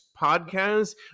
podcast